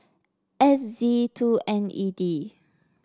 S Z two N E D